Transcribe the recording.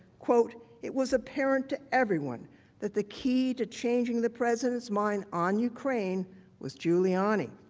quote, it was apparent to everyone that the key to changing the president's mind on ukraine was giuliani.